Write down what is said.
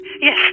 Yes